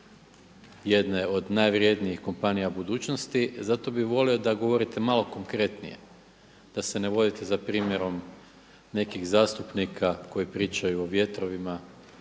jedne od najvrjednijih kompanija budućnosti. Zato bi volio da govorite malo konkretnije, da se ne vodite za primjerom nekih zastupnika koji pričaju o vjetrovima,